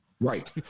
right